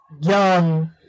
young